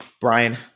Brian